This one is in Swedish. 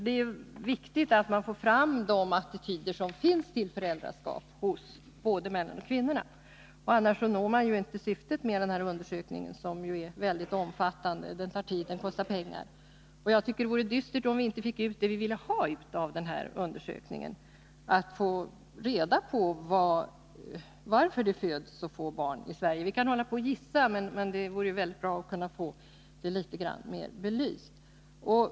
Det är viktigt att man får fram de attityder till föräldraskap som finns hos både männen och kvinnorna — annars når man ju inte syftet med undersökningen, som ändå är omfattande, tar tid och kostar pengar. Det vore dystert om vi inte fick ut av undersökningen vad vi vill ha ut av den, nämligen att få reda på varför det föds så få barn i Sverige. Vi kan naturligtvis gissa, men det vore bra att få frågan belyst.